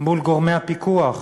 מול גורמי הפיקוח?